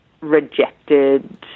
rejected